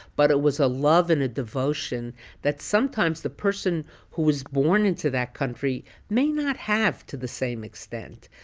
but it was a love and a devotion that sometimes the person who was born into that country may not have to the same extent.